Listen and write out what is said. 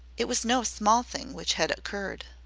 it was no small thing which had occurred.